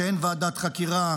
שאין ועדת חקירה,